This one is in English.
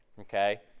okay